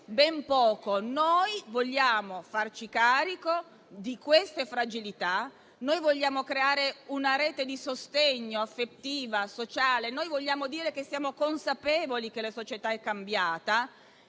ben poco. Noi vogliamo farci carico di queste fragilità; vogliamo creare una rete di sostegno affettiva e sociale; vogliamo dire che siamo consapevoli che la società è cambiata,